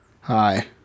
Hi